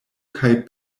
kaj